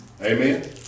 Amen